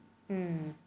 mm